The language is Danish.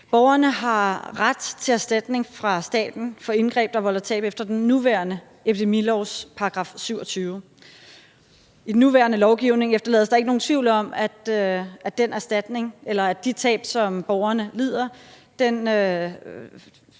Borgerne har ret til erstatning fra staten for indgreb, der volder tab, efter den nuværende epidemilovs § 27. I den nuværende lovgivning efterlades der ikke nogen tvivl om, at de tab, som borgerne lider, får